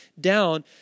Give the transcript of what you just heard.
down